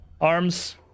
arms